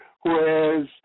whereas –